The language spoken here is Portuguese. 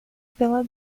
pela